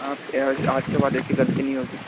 आप के आज के बाद ऐसी गलती नहीं होगी